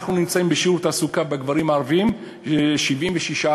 אנחנו נמצאים בשיעור תעסוקה בגברים הערבים, 76%,